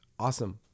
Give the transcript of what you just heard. Awesome